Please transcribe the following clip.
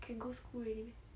can go school already meh